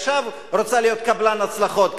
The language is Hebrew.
היא עכשיו רוצה להיות קבלן הצלחות.